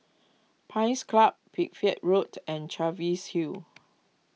Pines Club Pipit Road and Cheviot Hill